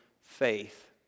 faith